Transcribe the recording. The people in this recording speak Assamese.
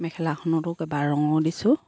মেখেলাখনতো কেইবা ৰঙৰো দিছোঁ